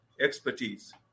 expertise